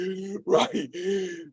right